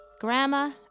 Grandma